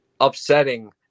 upsetting